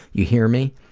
you hear me!